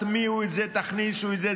תטמיעו את זה, תכניסו את זה.